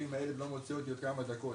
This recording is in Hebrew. אם הילד לא מוצא אותי עוד כמה דקות,